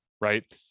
right